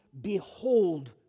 behold